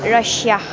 Russia